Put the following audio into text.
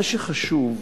מה שחשוב,